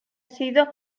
sido